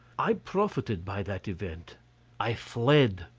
i profited by that event i fled.